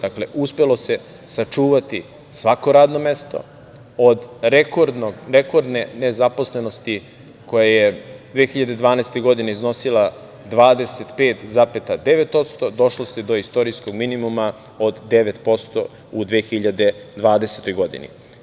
Dakle, uspelo se sačuvati svako radno mesto od rekordne nezaposlenosti koja je 2012. godine iznosila 25,9% došlo se do istorijskog minimuma od 9% u 2020. godini.